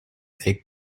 est